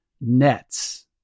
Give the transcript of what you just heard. Nets